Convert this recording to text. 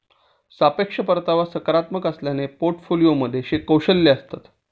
सापेक्ष परतावा सकारात्मक असल्याने पोर्टफोलिओमध्ये कौशल्ये असतात